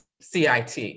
CIT